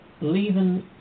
leaving